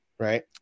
right